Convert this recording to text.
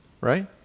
right